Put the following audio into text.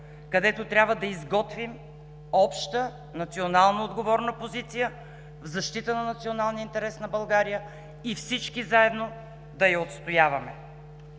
където трябва да изготвим обща национално отговорна позиция в защита на националния интерес на България и всички заедно да я отстояваме.